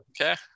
okay